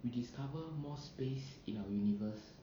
we discover more space in our universe